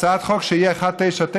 הצעת חוק שיהיה 199,